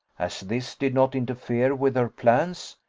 as this did not interfere with her plans,